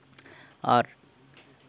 ᱟᱨ